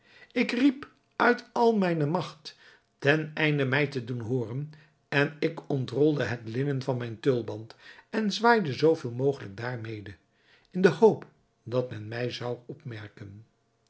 ik riep uit al mijne magt teneinde mij te doen hooren en ik ontrolde het linnen van mijn tulband en zwaaide zooveel mogelijk daarmede in de hoop dat men mij zou opmerken